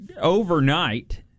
Overnight